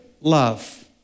love